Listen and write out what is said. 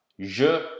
JE